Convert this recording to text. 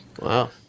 Wow